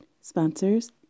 sponsors